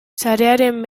sarearen